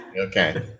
Okay